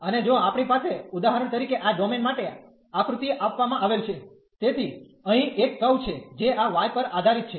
અને જો આપણી પાસે ઉદાહરણ તરીકે આ ડોમેન માટે આક્રુતિ આપવામાં આવેલ છે તેથી અહીં એક કર્વ છે જે આ y પર આધારિત છે